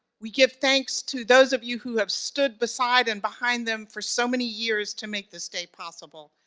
we give thanks to those of you who have stood beside and behind them for so many years to make this day possible.